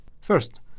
First